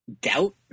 doubt